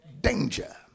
danger